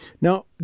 Now